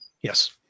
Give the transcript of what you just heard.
Yes